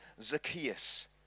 Zacchaeus